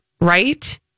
right